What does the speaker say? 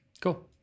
Cool